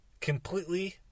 completely